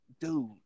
dude